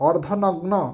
ଅର୍ଦ୍ଧନଗ୍ନ